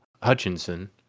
Hutchinson